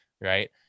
right